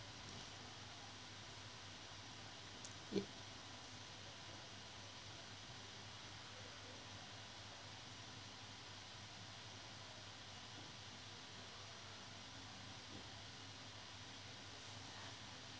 it